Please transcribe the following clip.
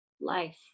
life